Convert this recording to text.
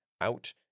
out